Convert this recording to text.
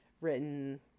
written